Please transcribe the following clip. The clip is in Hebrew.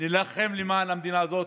נילחם למען המדינה הזאת.